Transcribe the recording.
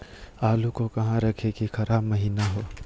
आलू को कहां रखे की खराब महिना हो?